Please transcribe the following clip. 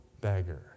beggar